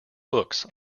books